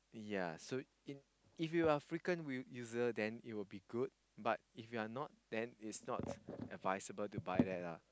yea so if if you are frequent user then it will be good but if you are not then it's not advisable to buy that ah